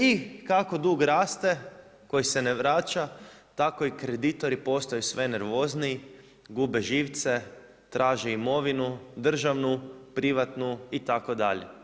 I kako dug raste koji se ne vraća tako i kreditori postaju sve nervozniji, gube živce, traže imovinu državnu, privatnu itd.